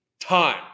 time